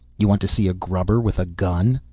you want to see a grubber with a gun?